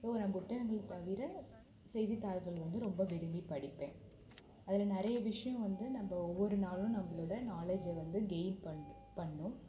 so நான் புத்தகங்கள் தவிர செய்தித்தாள்கள் வந்து ரொம்ப விரும்பி படிப்பேன் அதில் நிறைய விஷயம் வந்து நம்ம ஒவ்வொரு நாளும் நம்மளோட நாலேஜை வந்து கெயின் பண் பண்ணணும்